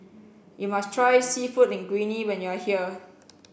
you must try Seafood Linguine when you are here